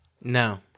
No